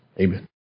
Amen